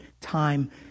time